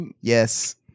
Yes